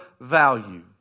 value